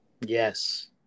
Yes